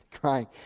crying